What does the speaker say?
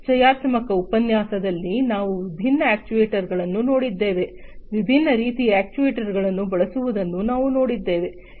ಪರಿಚಯಾತ್ಮಕ ಉಪನ್ಯಾಸದಲ್ಲಿ ನಾವು ವಿಭಿನ್ನ ಅಕ್ಚುಯೆಟರ್ಸ್ಗಳನ್ನು ನೋಡಿದ್ದೇವೆ ವಿಭಿನ್ನ ರೀತಿಯ ಅಕ್ಚುಯೆಟರ್ಸ್ಗಳನ್ನು ಬಳಸುವುದನ್ನು ನಾವು ನೋಡಿದ್ದೇವೆ